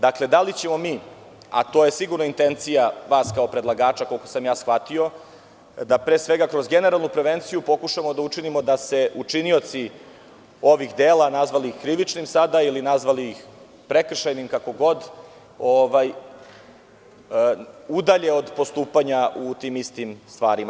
Dakle, da li ćemo mi, a to je sigurno intencija vas kao predlagača, koliko sam ja shvatio, kroz generalnu prevenciju da pokušamo da učinimo da se učinioci ovih dela, nazvali ih krivičnim sada, ili nazvali iz prekršajnim, udalje od postupanja u tim istim stvarima.